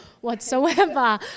whatsoever